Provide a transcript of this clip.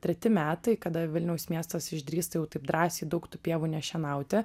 treti metai kada vilniaus miestas išdrįsta jau taip drąsiai daug tų pievų nešienauti